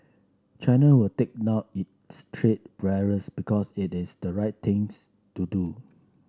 china will take down its trade barriers because it is the right things to do